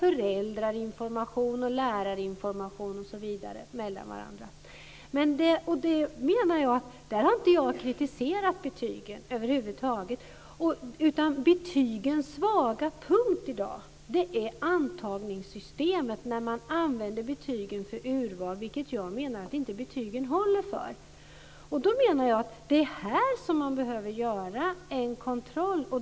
Detta är jättebra, liksom information mellan lärare och föräldrar. Jag har inte kritiserat betygen över huvud taget. Den svaga punkten i dag är att man i antagningssystemet använder betygen för urval, vilket jag menar att betygen inte håller för. Jag menar att det är här som man behöver göra en kontroll.